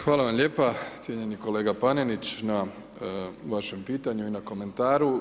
Hvala vam lijepa cijenjeni kolega Panenić na vašem pitanju i na komentaru.